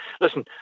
listen